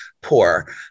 poor